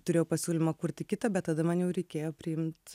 turėjau pasiūlymą kurti kitą bet tada man jau reikėjo priimt